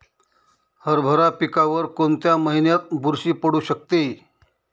हरभरा पिकावर कोणत्या महिन्यात बुरशी पडू शकते?